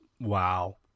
Wow